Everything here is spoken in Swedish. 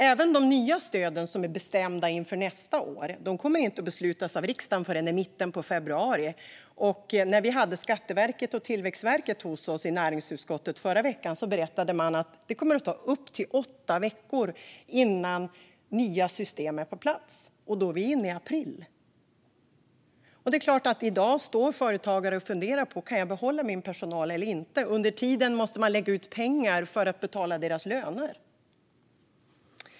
Även de nya stöd som är bestämda inför nästa år kommer att beslutas av riksdagen först i mitten av februari. När vi hade Skatteverket och Tillväxtverket hos oss i näringsutskottet i förra veckan berättade de att det kommer att ta upp till åtta veckor innan nya system är på plats, och då är vi inne i april. I dag står företagare och funderar på om de kan behålla sin personal eller inte. Under tiden måste de lägga ut pengar för att betala personalens löner.